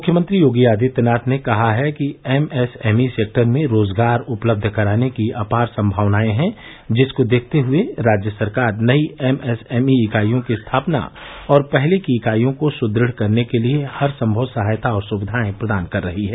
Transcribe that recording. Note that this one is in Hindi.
मुख्यमंत्री योगी आदित्यनाथ ने कहा है कि एमएसएमई सेक्टर में रोज़गार उपलब्य कराने की अपार संभावनाएं है जिसकों देखते हुए राज्य सरकार नई एमएसएमई इकाईयों की स्थापना और पहले की इकाईयों को सुदृढ़ करने के लिए हरसंभव सहायता और सुविधाएं प्रदान कर रही है